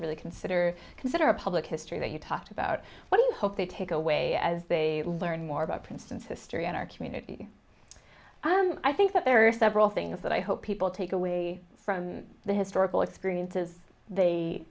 really consider consider a public history that you talked about what do you hope they take away as they learn more about princeton history and are community and i think that there are several things that i hope people take away from the historical experiences they